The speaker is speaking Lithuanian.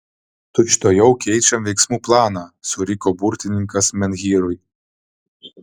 tučtuojau keičiam veiksmų planą suriko burtininkas menhyrui